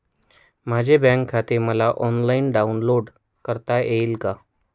माझे बँक खाते मला ऑनलाईन डाउनलोड करता येईल का?